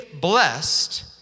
blessed